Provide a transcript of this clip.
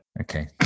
Okay